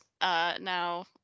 now